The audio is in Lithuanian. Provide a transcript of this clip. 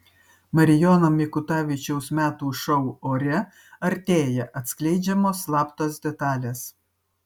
marijono mikutavičiaus metų šou ore artėja atskleidžiamos slaptos detalės